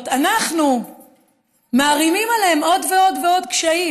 אנחנו מערימים עליהם עוד ועוד ועוד קשיים?